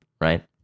right